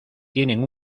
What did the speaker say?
tienen